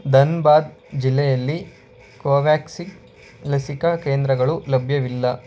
ಧನ್ಬಾದ್ ಜಿಲ್ಲೆಯಲ್ಲಿ ಕೊವ್ಯಾಕ್ಸಿನ್ ಲಸಿಕಾ ಕೇಂದ್ರಗಳು ಲಭ್ಯವಿಲ್ಲ